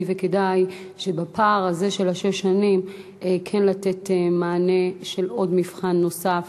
וכדאי שבפער הזה של שש השנים כן לתת מענה של מבחן נוסף